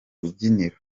rubyiniro